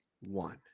one